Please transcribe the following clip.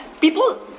people